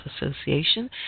Association